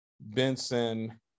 Benson